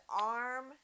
arm